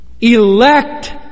elect